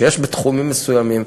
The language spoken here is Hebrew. שיש בתחומים מסוימים,